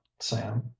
sam